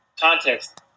context